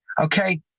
okay